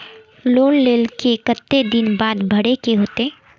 Loan लेल के केते दिन बाद भरे के होते?